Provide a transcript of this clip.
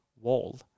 wall